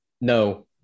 No